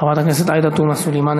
חברת הכנסת עאידה תומא סלימאן,